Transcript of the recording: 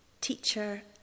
Teacher